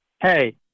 hey